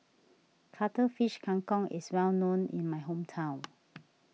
Cuttlefish Kang Kong is well known in my hometown